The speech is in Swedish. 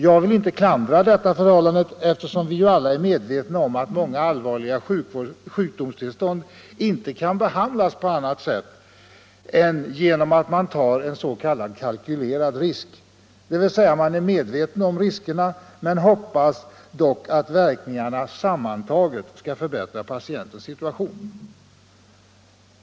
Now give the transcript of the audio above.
Jag vill inte klandra detta förhållande, eftersom vi alla är medvetna om att många allvarliga sjukdomstillstånd inte kan behandlas på annat sätt än genom att man tar en s.k. kalkylerad risk —- dvs. man är medveten om riskerna men hoppas att verkningarna sammantagna skall förbättra patientens situation.